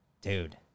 dude